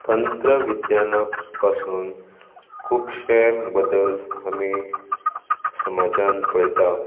तंत्र विज्ञाना पासून खूबशे बदल आमी समाजांत पळयतात